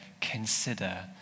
consider